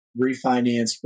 refinance